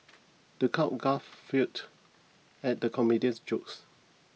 the crowd guffawed at the comedian's jokes